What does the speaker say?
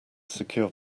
secure